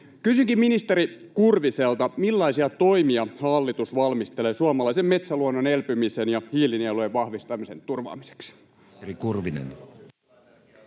Kysynkin ministeri Kurviselta: millaisia toimia hallitus valmistelee suomalaisen metsäluonnon elpymisen ja hiilinielujen vahvistamisen turvaamiseksi?